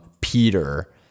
Peter